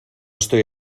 estoy